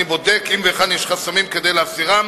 אני בודק אם והיכן יש חסמים כדי להסירם,